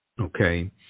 okay